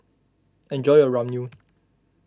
enjoy your Ramyeon